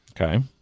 Okay